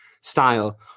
style